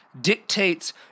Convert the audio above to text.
dictates